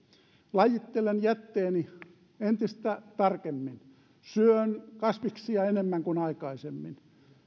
lajittelen jätteeni entistä tarkemmin syön kasviksia enemmän kuin aikaisemmin